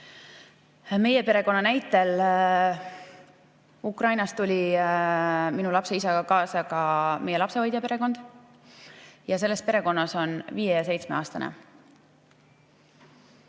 meie perekonna näite. Ukrainast tuli minu lapse isaga kaasa ka meie lapsehoidja perekond ja selles perekonnas on viie-